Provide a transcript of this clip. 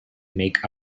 make